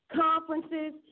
conferences